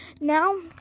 now